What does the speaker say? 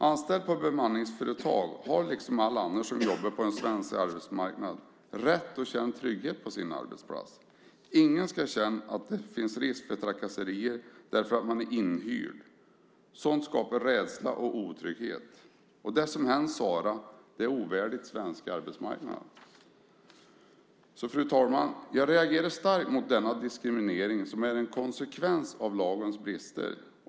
Anställda vid bemanningsföretag har, på samma sätt som alla andra på den svenska arbetsmarknaden, rätt att känna trygghet på sin arbetsplats. Ingen ska behöva känna att det finns risk för trakasserier för att man är inhyrd. Sådant skapar rädsla och otrygghet. Det som hänt Sara är ovärdigt den svenska arbetsmarknaden. Fru talman! Jag reagerar starkt mot denna diskriminering, som är en konsekvens av lagens brister.